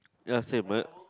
ya same but then